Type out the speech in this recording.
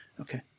Okay